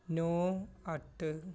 ਨੌਂ ਅੱਠ